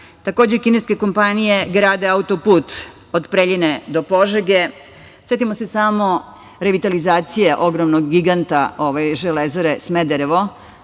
Takođe, kineske kompanije grade autoput od Preljine do Požege. Setimo se samo revitalizacije ogromnog giganta „Železare Smederevo“